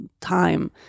time